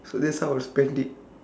so that's how I would spend it